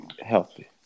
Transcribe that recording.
healthy